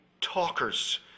talkers